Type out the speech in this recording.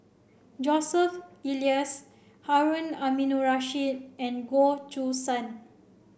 Joseph Elias Harun Aminurrashid and Goh Choo San